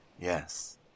yes